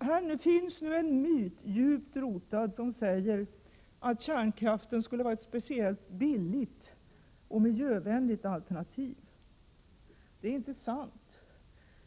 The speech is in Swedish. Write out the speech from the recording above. Här finns en djupt rotad myt som säger att kärnkraften skulle vara ett speciellt billigt och miljövänligt alternativ. Det är inte sant.